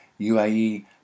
UAE